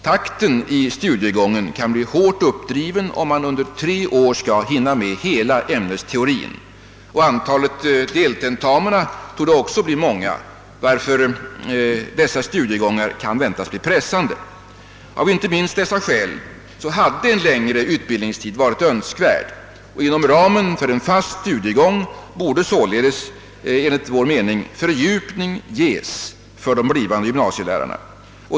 Takten i studiegången kan bli hårt uppdriven, om man under tre år skall hinna med hela ämnesteorin. Antalet deltentamina torde också bli stort, varför ifrågavarande studiegångar kan väntas bli pressande. Av inte minst dessa skäl hade en längre utbildningstid varit önskvärd. Inom ramen för en fast studiegång borde således enligt vår mening fördjupning ges för de blivande gymnasielärarna.